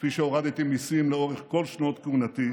כפי שהורדתי מיסים לאורך כל שנות כהונתי.